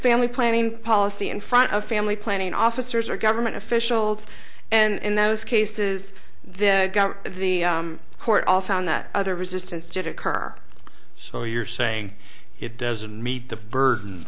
family planning policy in front of family planning officers or government officials and in those cases they got the court all found that other resistance did occur so you're saying it doesn't meet the burden